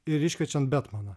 ir iškviečiant betmaną